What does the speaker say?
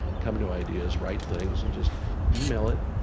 come to ideas, write things, and just email it.